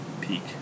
peak